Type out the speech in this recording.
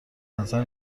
نظر